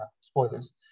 spoilers